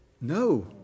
No